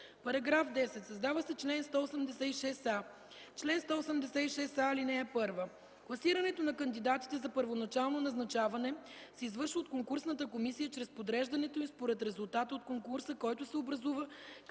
§ 10: „§ 10. Създава се чл. 186а: „Чл. 186а. (1) Класирането на кандидатите за първоначално назначаване се извършва от конкурсната комисия чрез подреждането им според резултата от конкурса, който се образува